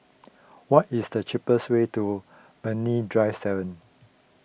what is the cheapest way to Brani Drive seven